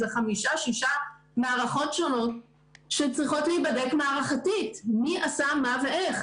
זה חמש-שש מערכות שונות שצריכות להיבדק מערכתית מי עשה מה ואיך,